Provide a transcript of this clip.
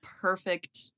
perfect